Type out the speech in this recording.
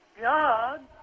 God